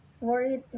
Worried